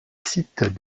sites